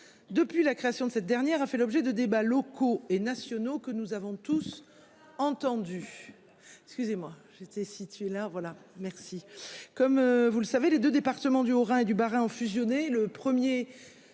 depuis la création de cette dernière a fait l'objet de débats locaux et nationaux que nous avons tous entendu.